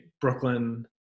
Brooklyn